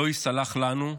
לא ייסלח לנו,